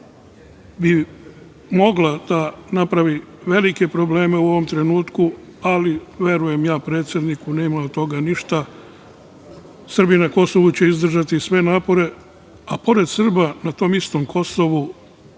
bi mogla da napravi velike probleme u ovom trenutku, ali verujem predsedniku. Nema od toga ništa. Srbi na Kosovu će izdržati sve napore, a pored Srba na tom istom Kosovu